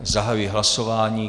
Zahajuji hlasování.